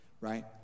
right